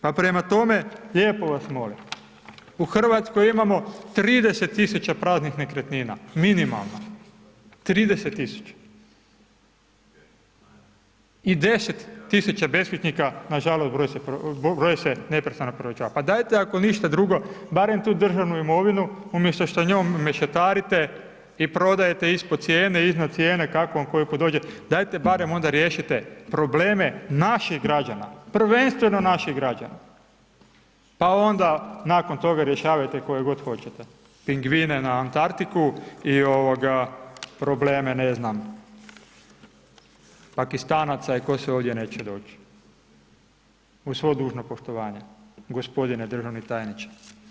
Pa prema tome, lijepo vas molim u RH imamo 30 000 praznih nekretnina minimalno, 30 000 i 10 000 beskućnika, nažalost broj se neprestano povećava, pa dajte ako ništa drugo, barem tu državnu imovinu umjesto što njom mešetarite i prodajete ispod cijene, iznad cijene, kako vam koji put dođe, dajte barem onda riješite probleme naših građana, prvenstveno naših građana, pa onda nakon toga rješavajte koje god hoćete, pingvine na Antartiku i probleme, ne znam, Pakistanaca i tko sve ovdje neće doći uz svo dužno poštovanje gospodine državni tajniče.